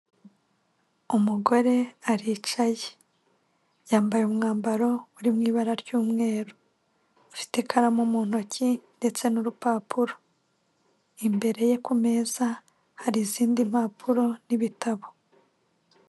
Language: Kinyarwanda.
Umugore aricaye yambaye umwambaro uri mu ibara ry'umweru afite ikaramu mu ntoki ndetse n'urupapuro imbere ye ku meza hari izindi mpapuro n'ibitabo.